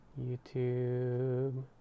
YouTube